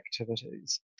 activities